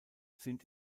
sind